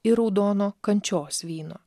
ir raudono kančios vyno